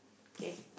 kay